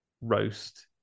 roast